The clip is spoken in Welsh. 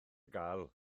gael